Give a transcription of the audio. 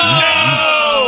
no